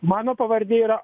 mano pavardė yra